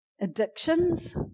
addictions